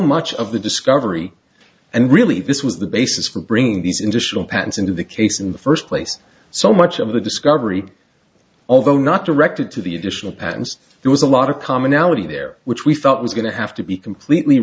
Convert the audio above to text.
much of the discovery and really this was the basis for bringing these initial patents into the case in the first place so much of the discovery although not directed to the additional patents there was a lot of commonality there which we felt was going to have to be completely